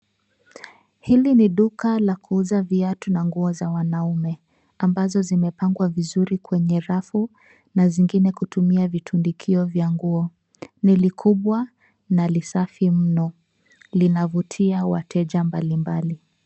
Hili ni duka la kuuza viatu na nguo za wanaume ambazo zimepangwa vizuri kwenye rafu na zingine kutumia vitundikio vya nguo. Ni likubwa na lisafi mno. Linavutia wateja mbalimbali.